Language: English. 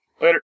Later